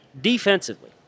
Defensively